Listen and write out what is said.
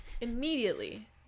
immediately